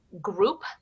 group